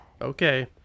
Okay